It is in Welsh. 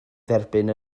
dderbyn